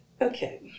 Okay